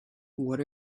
what